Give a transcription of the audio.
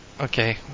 okay